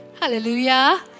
Hallelujah